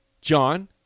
John